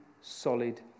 solid